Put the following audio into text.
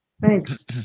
Thanks